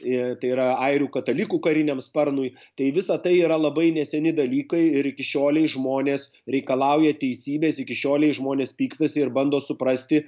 tai yra airių katalikų kariniam sparnui tai visa tai yra labai neseni dalykai ir iki šiolei žmonės reikalauja teisybės iki šiolei žmonės pykstasi ir bando suprasti